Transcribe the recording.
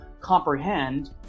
comprehend